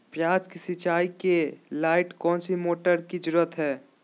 प्याज की सिंचाई के लाइट कौन सी मोटर की जरूरत है?